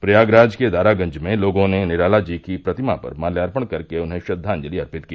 प्रयागराज के दारागंज में लोगों ने निराला जी की प्रतिमा पर माल्यार्पण कर के उन्हें श्रद्वाजलि अर्पित की